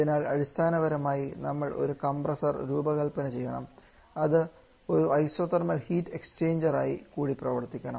അതിനാൽ അടിസ്ഥാനപരമായി നമ്മൾ ഒരു കംപ്രസ്സർ രൂപകൽപ്പന ചെയ്യണം അത് ഒരു ഐസോതെർമൽ ഹീറ്റ് എക്സ്ചേഞ്ചറായി കൂടെ പ്രവർത്തിക്കണം